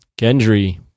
Gendry